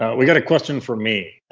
ah we've got a question for me,